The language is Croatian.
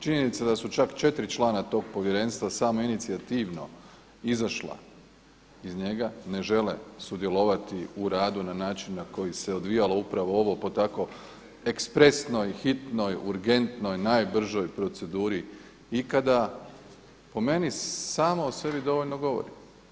Činjenica da su čak četiri člana tog povjerenstva samoinicijativno izašla iz njega ne žele sudjelovati u radu na način na koji se odvijalo upravo ovo pod tako ekspresnoj, hitnoj, urgentnoj, najbržoj proceduri ikada po meni samo o sebi dovoljno govori.